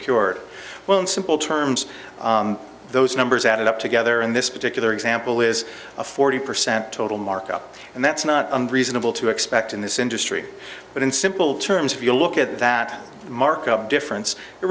procured well in simple terms those numbers add up together in this particular example is a forty percent total markup and that's not reasonable to expect in this industry but in simple terms if you look at that markup difference